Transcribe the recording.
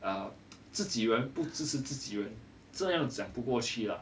uh 自己人不支持自己人这样讲不过去啦